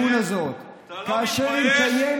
הגשתם את הצעת האי-אמון הזאת, אתה לא מתבייש?